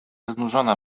znużona